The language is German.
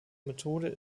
methode